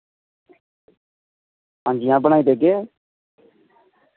हांजी हां बनाई देगे